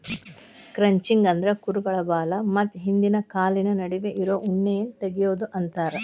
crutching ಅಂದ್ರ ಕುರುಗಳ ಬಾಲ ಮತ್ತ ಹಿಂದಿನ ಕಾಲಿನ ನಡುವೆ ಇರೋ ಉಣ್ಣೆಯನ್ನ ತಗಿಯೋದು ಅಂತಾರ